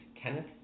Kenneth